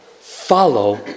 follow